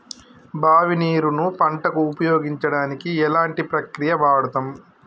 బావి నీరు ను పంట కు ఉపయోగించడానికి ఎలాంటి ప్రక్రియ వాడుతం?